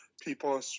people